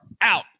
out